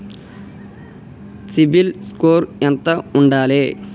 CIBIL score ఎంత ఉండాలే?